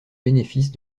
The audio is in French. bénéfice